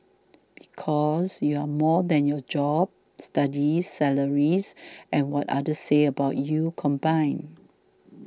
because you're more than your job studies salary and what others say about you combined